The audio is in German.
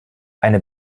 eine